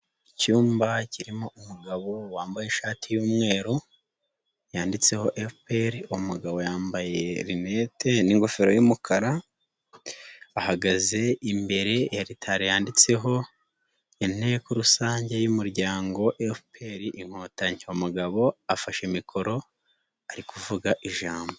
Icyumba kirimo umugabo wambaye ishati y'umweru yanditseho efuperi, umugabo yambaye linete n'ingofero y'umukara, ahagaze imbere ya litari yanditseho inteko rusange y'umuryango efuperi inkotanyi, umugabo afashe mikoro ari kuvuga ijambo.